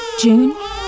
June